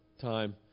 time